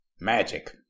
Magic